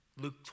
Luke